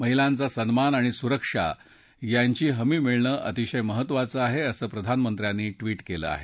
महिलांचा सन्मान आणि सुरक्षा यांची हमी मिळणं अतिशय महत्त्वाचं आहे असं प्रधानमंत्र्यांनी ट्वीट केलं आहे